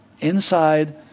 inside